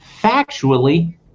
factually